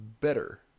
better